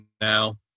now